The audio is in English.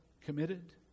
committed